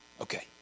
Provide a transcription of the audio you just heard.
okay